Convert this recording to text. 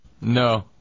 No